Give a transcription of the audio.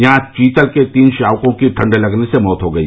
यहां चीतल के तीन शावकों की ठंड लगने से मौत हो गई